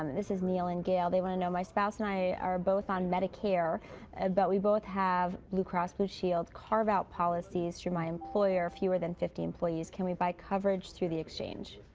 um this is neill and gale, they want to know, my staff and i are both on medicare but we both have blue cross blue shield carve-out policies through my employer, fewer than fifty employees. can we buy coverage through the exchange